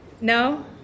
No